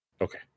Okay